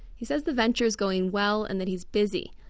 he says the venture's going well, and that he's busy.